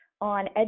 on